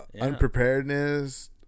Unpreparedness